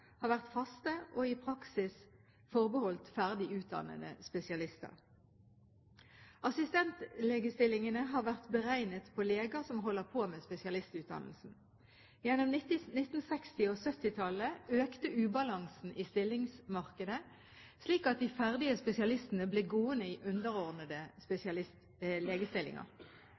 har vært faste og i praksis forbeholdt ferdig utdannede spesialister. Assistentlegestillingene har vært beregnet på leger som holder på med spesialistutdannelsen. Gjennom 1960- og 1970-tallet økte ubalansen i stillingsmarkedet, slik at de ferdige spesialistene ble gående i underordnede